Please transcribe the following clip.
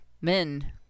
men